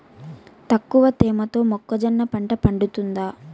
తక్కువ తేమతో మొక్కజొన్న పంట పండుతుందా?